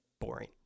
Boring